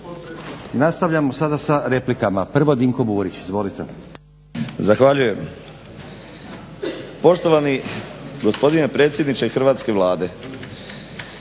Nastavljamo sada sa replikama. Prvo Dinko Burić, izvolite. **Burić, Dinko (HDSSB)** Zahvaljujem. Poštovani gospodine predsjedniče hrvatske Vlade.